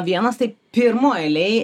vienas tai pirmoj eilėj